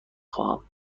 خواهم